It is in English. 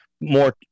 more